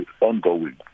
ongoing